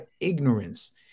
ignorance